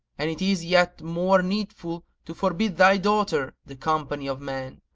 and it is yet more needful to forbid thy daughter the company of men,